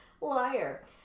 liar